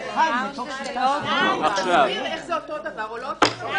לקחת מילה או שתיים --- תסביר איך זה אותו דבר או לא אותו דבר,